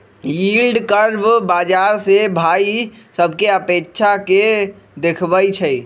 yield curve बाजार से भाइ सभकें अपेक्षा के देखबइ छइ